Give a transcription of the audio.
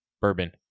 bourbon